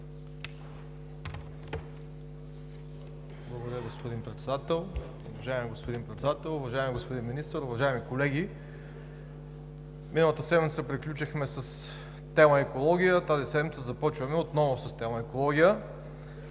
Уважаеми господин Председател, уважаеми господин Министър, уважаеми колеги! Миналата седмица приключихме с тема „Екология“, тази седмица започваме отново с тема „Екология“,